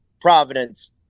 Providence